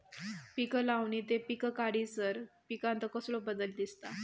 पीक लावणी ते पीक काढीसर पिकांत कसलो बदल दिसता?